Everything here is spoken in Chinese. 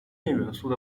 元素